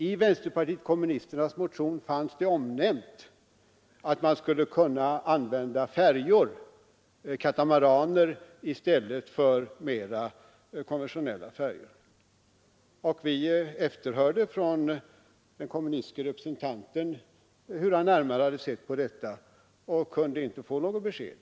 I vänsterpartiet kommunisternas motion fanns det omnämnt att man skulle kunna använda färjor — katamaraner i stället för mera konventionella färjor — och vi efterhörde från den kommunistiske representanten hur han närmare hade sett på detta, men vi kunde inte få något besked.